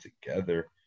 together